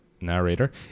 narrator